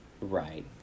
Right